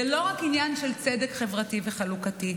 זה לא רק עניין של צדק חברתי וחלוקתי,